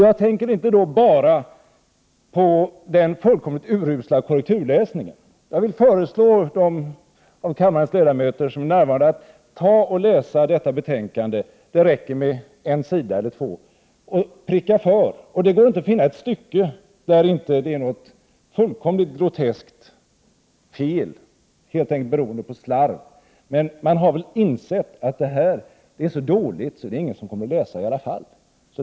Jag tänker då inte bara på den fullkomligt urusla korrekturläsningen. Jag vill föreslå att de av kammarens ledamöter som är närvarande läser detta betänkande — det räcker med en sida eller två — och prickar för; det går inte att finna ett stycke där det inte är något fullkomligt groteskt fel, helt enkelt beroende på slarv. Man har väl insett att det som redovisas är så dåligt att ändå ingen kommer att läsa det.